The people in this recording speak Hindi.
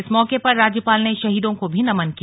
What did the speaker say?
इस मौके पर राज्यपाल ने शहीदों को भी नमन किया